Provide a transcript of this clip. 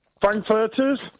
Frankfurter's